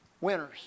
winners